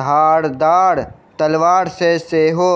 धारदार तलवार सॅ सेहो